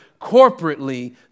corporately